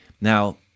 Now